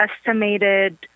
estimated